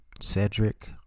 cedric